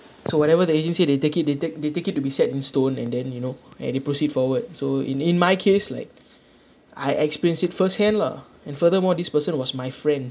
so whatever the agent say they take it they take they take it to be set in stone and then you know and they proceed forward so in in my case like I experienced it first hand lah and furthermore this person was my friend